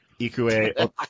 Ikue